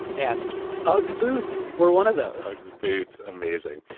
and uggs boots were one of those. uggs boots, amazing.